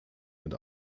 mit